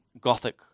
gothic